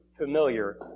familiar